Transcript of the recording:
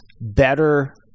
better